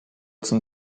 zum